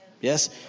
Yes